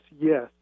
yes